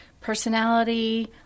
personality